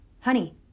honey